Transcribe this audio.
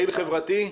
פעיל חברתי.